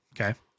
Okay